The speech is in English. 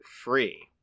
free